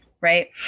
right